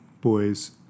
boys